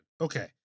Okay